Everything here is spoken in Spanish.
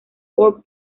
fort